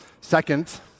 Second